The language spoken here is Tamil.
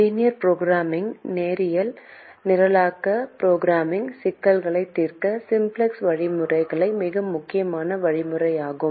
லீனியர் ப்ரோக்ராம்மிங் நேரியல் நிரலாக்க சிக்கல்களை தீர்க்க சிம்ப்ளக்ஸ் வழிமுறை மிக முக்கியமான வழிமுறையாகும்